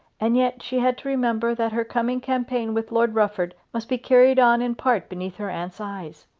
and yet she had to remember that her coming campaign with lord rufford must be carried on in part beneath her aunt's eyes.